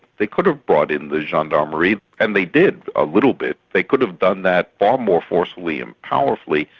they could have brought in the gendarmerie, and they did, a little bit, they could have done that far more forcibly and powerfully,